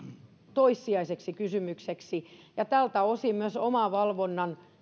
toissijaiseksi kysymykseksi ja tältä osin myös omavalvonnan